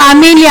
תאמין לי,